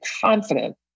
confident